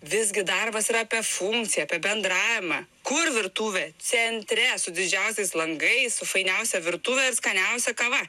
visgi darbas yra apie funkciją apie bendravimą kur virtuvė centre su didžiausiais langais su fainiausia virtuve ir skaniausia kava